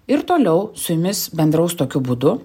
ir toliau su jumis bendraus tokiu būdu